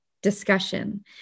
Discussion